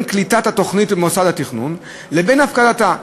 קליטת התוכנית במוסד התכנון לבין הפקדתה.